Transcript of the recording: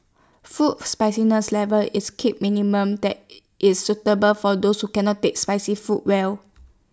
food spiciness level is kept minimal that is suitable for those who cannot take spicy food well